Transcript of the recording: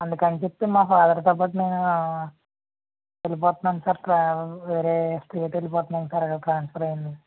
అందుకని చెప్పి మా ఫాదర్తో పాటు నేను వెళ్ళిపోతున్నాను సార్ ట్రా వేరే స్టేట్ వెళ్ళిపోతున్నాను సార్ ట్రాన్సఫర్ అయ్యిందని